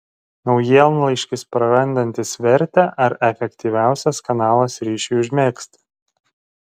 naujienlaiškis prarandantis vertę ar efektyviausias kanalas ryšiui užmegzti